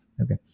Okay